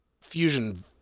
fusion